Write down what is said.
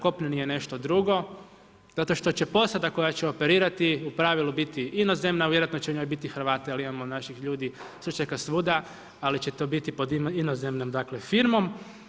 Kopneni je nešto drugo, zato što će posada koja će operirati u pravilu biti inozemna, vjerojatno će u njoj biti Hrvata jer imamo naših ljudi stručnjaka svuda, ali će to biti pod inozemnom firmom.